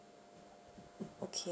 okay